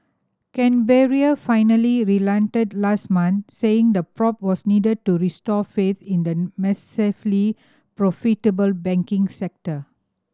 Canberra finally relented last month saying the probe was needed to restore faith in the massively profitable banking sector